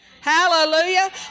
Hallelujah